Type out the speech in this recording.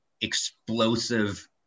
explosive